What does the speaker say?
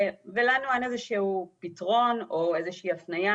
ולנו אין איזשהו פתרון או איזושהי הפניה,